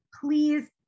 please